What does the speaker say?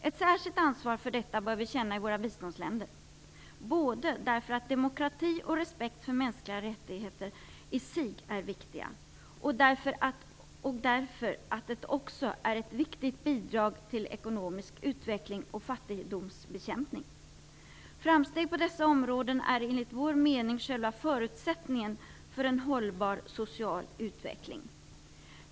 Ett särskilt ansvar för detta bör vi känna i våra biståndsländer, både därför att demokrati och respekt för mänskliga rättigheter i sig är viktiga och därför att det också är ett viktigt bidrag till ekonomisk utveckling och fattigdomsbekämpning. Framsteg på dessa områden är enligt vår mening själva förutsättningen för en hållbar social utveckling.